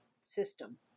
system